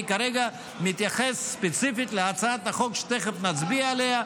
אני כרגע מתייחס ספציפית להצעת החוק שתיכף נצביע עליה,